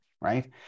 right